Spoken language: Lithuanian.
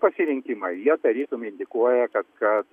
pasirinkimą jie tarytum indikuoja kad kad